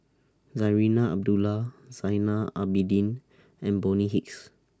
Zarinah Abdullah Zainal Abidin and Bonny Hicks